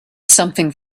something